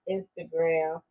Instagram